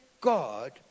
God